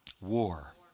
War